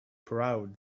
proud